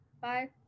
Bye